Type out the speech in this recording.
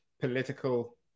political